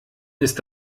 ist